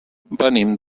venim